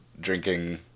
drinking